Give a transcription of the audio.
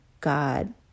God